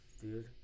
dude